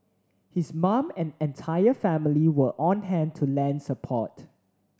his mum and entire family were on hand to lend support